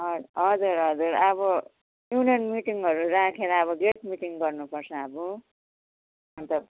ह हजुर हजुर अब युनियन मिटिङहरू राखेर अब गेट मिटिङ गर्नुपर्छ अब अन्त